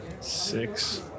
Six